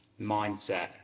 mindset